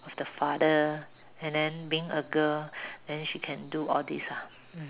of the father and then being a girl then she can do all this ah mm